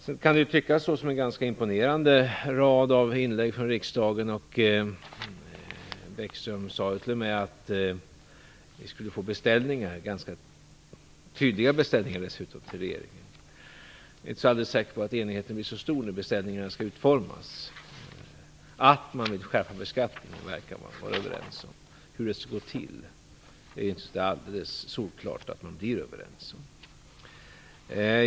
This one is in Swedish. Det kan tyckas vara en ganska imponerande rad av inlägg från riksdagen. Lars Bäckström sade t.o.m. att vi skulle få beställningar, och ganska tydliga beställningar dessutom, till regeringen. Jag är inte alldeles säker på att enigheten blir så stor när beställningarna skall utformas. Att man vill skärpa beskattningen verkar man vara överens om, men hur det skall gå till är det inte alldeles solklart att man blir överens om.